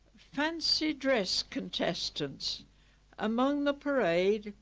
fancy-dress contestants among the parade.